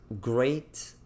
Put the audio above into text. great